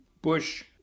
Bush